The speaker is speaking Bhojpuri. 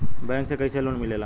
बैंक से कइसे लोन मिलेला?